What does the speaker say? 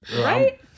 Right